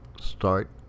start